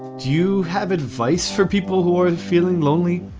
do have advice for people who are feeling lonely?